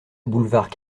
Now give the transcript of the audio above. boulevard